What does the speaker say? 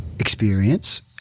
Experience